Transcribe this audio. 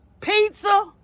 Pizza